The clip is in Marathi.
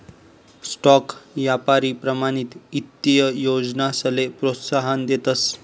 स्टॉक यापारी प्रमाणित ईत्तीय योजनासले प्रोत्साहन देतस